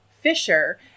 Fisher